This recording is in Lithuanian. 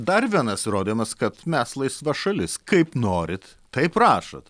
dar vienas įrodymas kad mes laisva šalis kaip norit taip rašot